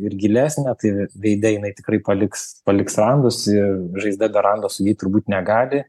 ir gilesnė tai veide jinai tikrai paliks paliks randus ir žaizda be rando sugyt turbūt negali